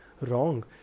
wrong